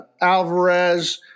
Alvarez